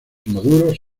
inmaduros